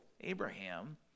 Abraham